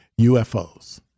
UFOs